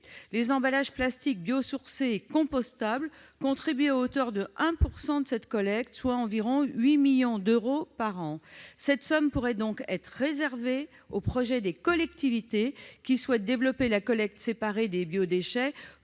Les emballages plastiques biosourcés et compostables contribuent à hauteur de 1 % de cette collecte, ce qui représente environ 8 millions d'euros par an. Cette somme pourrait être réservée aux projets des collectivités qui souhaitent développer la collecte séparée des biodéchets